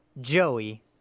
Joey